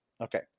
Okay